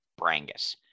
Brangus